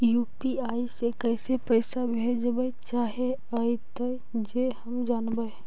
UPI से कैसे पैसा भेजबय चाहें अइतय जे हम जानबय?